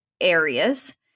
areas